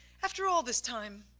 after all this time,